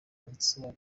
ansaba